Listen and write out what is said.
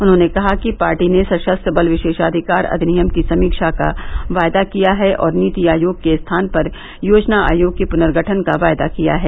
उन्होंने कहा कि पार्टी ने सशस्त्र बल विशेष अधिकार अधिनियम की समीक्षा का वायदा किया है और नीति आयोग के स्थान पर योजना आयोग के पुनर्गठन का वायदा किया है